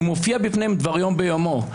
מופיע בפניהם דבר יום ביומו,